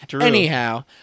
anyhow